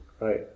Right